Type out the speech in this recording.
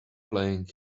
playing